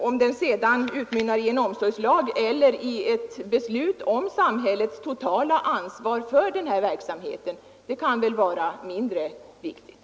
Om den sedan utmynnar i en omsorgslag eller i ett beslut om samhällets totala ansvar för verksamheten, det kan väl vara mindre viktigt.